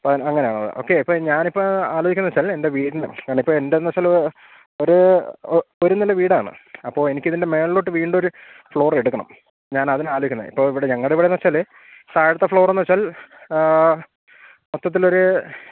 അങ്ങനാണ okay ഇപ്പോ ഞാനിപ്പോ ആലോചിക്കുന്നന്ന് വെച്ചാൽ എൻ്റെ വീടിന കാരണം ഇപ്പ എന്തന്ന് വെച്ചാല് ഒരു ഒരു നെല വീടാണ് അപ്പോൊ എനിക്കിതിൻ്റെ മേളിലോട്ട് വീണ്ടു ഒരു ഫ്ലോർ എടുക്കണം ഞാൻ അതിനാ ആലോചിക്കുന്ന ഇപ്പോ ഇവിടെ ഞങ്ങിവിടെന്ന് വെച്ചാല് സാഴത്ത ഫ്ലോർന്ന് വെച്ചാൽ മൊത്തത്തിലൊര്